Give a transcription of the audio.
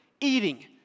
eating